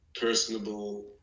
personable